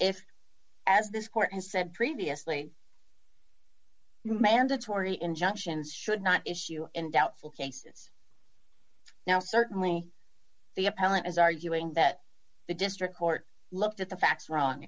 if as this court has said previously mandatory injunctions should not issue in doubtful cases now certainly the appellant is arguing that the district court looked at the facts wrong